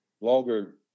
longer